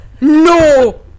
no